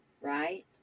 right